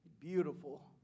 Beautiful